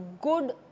good